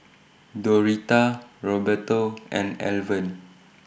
Doretta Roberto and Alvan